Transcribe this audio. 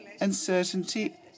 uncertainty